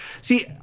See